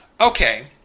okay